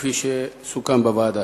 כפי שסוכם בוועדה.